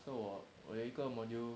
那时我有一个 module